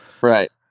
Right